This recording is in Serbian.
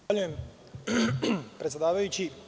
Zahvaljujem predsedavajući.